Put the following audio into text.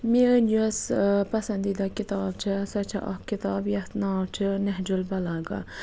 میٲنۍ یۄس پَسَندیدہ کِتاب چھَ سۄ چھَ اکھ کِتاب یتھ ناو چھُ نہج البَلاغہ